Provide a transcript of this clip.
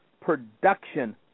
production